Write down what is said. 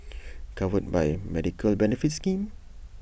covered by A medical benefits scheme